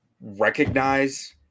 recognize